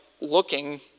looking